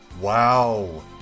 Wow